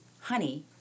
honey